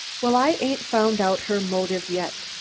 well, i ain't found out her motive yet.